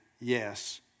yes